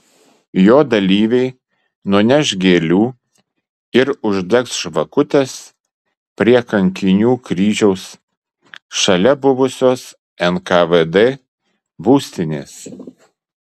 jo dalyviai nuneš gėlių ir uždegs žvakutes prie kankinių kryžiaus šalia buvusios nkvd būstinės